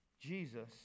Jesus